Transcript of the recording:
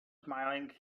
smiling